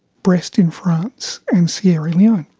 brest in france and sierra leone,